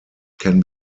can